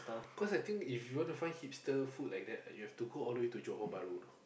cause I think if you want to find hipster food like that you have to go all the way to Johor-Bahru